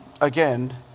again